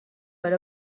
per